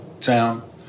town